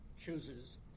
chooses